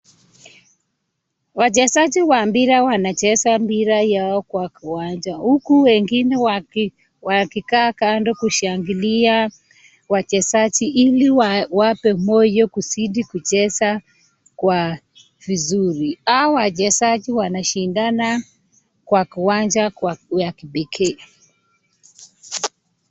Wachezaji wa mpira wanacheza mpira yao kwa kiwanja huku wengine wakikaa kando kushangilia wachezaji ili wawape moyo kuzidi kucheza kwa vizuri. Hawa wachezaji wanashindana kwa kiwanja ya kipekee.